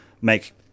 make